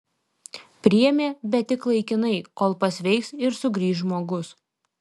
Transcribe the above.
priėmė bet tik laikinai kol pasveiks ir sugrįš žmogus